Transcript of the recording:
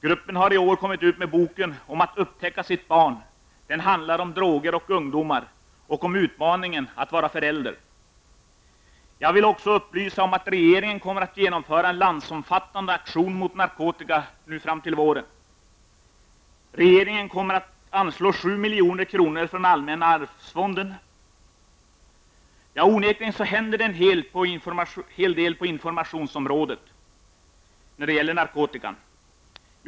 Gruppen har i år kommit ut med boken Att upptäcka sitt barn, som handlar om droger och ungdomar och om utmaningen att vara förälder. Jag vill också upplysa om att regeringen fram mot våren kommer att genomföra en landsomfattande aktion mot narkotika. Regeringen kommer att anslå 7 milj.kr. från allmänna arvsfonden. Onekligen händer en hel del på informationsområdet när det gäller narkotika.